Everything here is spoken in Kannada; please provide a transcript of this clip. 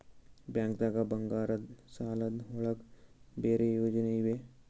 ಬ್ಯಾಂಕ್ದಾಗ ಬಂಗಾರದ್ ಸಾಲದ್ ಒಳಗ್ ಬೇರೆ ಯೋಜನೆ ಇವೆ?